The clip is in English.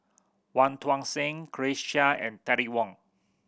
Wong Tuang Seng Grace Chia and Terry Wong